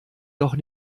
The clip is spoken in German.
doch